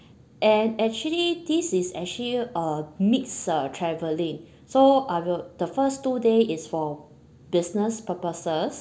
and actually this is actually a mixed uh travelling so I will the first two day is for business purposes